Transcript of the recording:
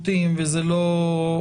זה קניית שירותים וזה לא מימון;